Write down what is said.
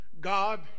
God